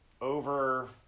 over